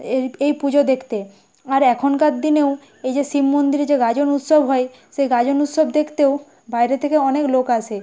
এই এই পুজো দেখতে আর এখনকার দিনেও এই যে শিব মন্দিরে যে গাজন উৎসব হয় সেই গাজন উৎসব দেখতেও বাইরে থেকে অনেক লোক আসে